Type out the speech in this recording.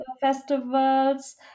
festivals